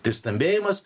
tai stambėjimas